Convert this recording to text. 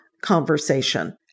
conversation